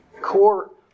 Court